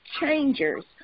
changers